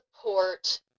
support